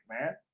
man